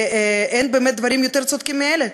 ואין באמת דברים יותר צודקים מאלה.